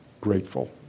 grateful